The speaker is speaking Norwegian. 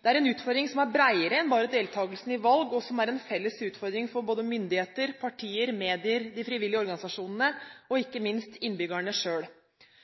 Det er en utfordring som er bredere enn bare deltakelse i valg, og det er en felles utfordring for både myndigheter, partier, medier, de frivillige organisasjoner og